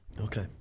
Okay